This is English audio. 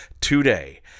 today